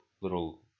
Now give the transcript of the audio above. little